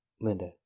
Linda